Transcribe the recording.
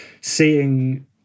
seeing